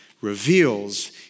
reveals